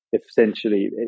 essentially